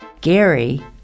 Gary